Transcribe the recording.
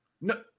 No